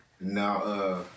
Now